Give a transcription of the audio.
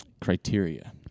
criteria